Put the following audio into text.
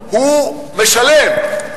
הוא משלם,